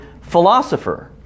philosopher